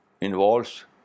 involves